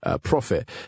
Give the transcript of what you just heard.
profit